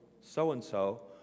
so-and-so